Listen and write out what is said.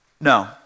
No